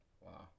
Wow